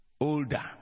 older